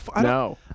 No